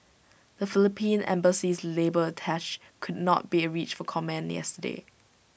the Philippine Embassy's labour attache could not be reached for comment yesterday